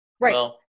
right